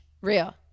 Real